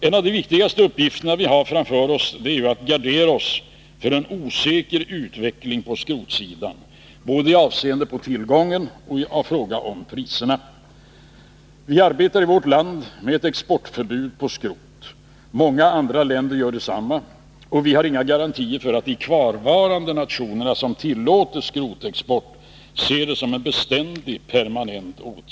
En av de viktigaste uppgifter som vi har framför oss är att gardera oss för en osäker utveckling på skrotsidan i avseende på tillgång och i fråga om priser. Vi arbetar i vårt land med exportförbud på skrot. Många andra länder gör detsamma, och vi har inga garantier för att de nationer som fortfarande tillåter skrotexport kommer att göra det permanent.